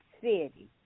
city